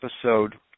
episode